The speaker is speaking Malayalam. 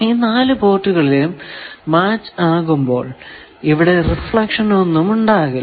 ഈ നാലു പോർട്ടുകളും മാച്ച് ആകുമ്പോൾ ഇവിടെ റിഫ്ലക്ഷൻ ഒന്നും ഉണ്ടാകില്ല